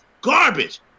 garbage